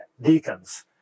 deacons